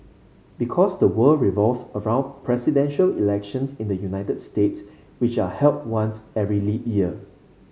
because the world revolves around Presidential Elections in the United States which are held once every leap year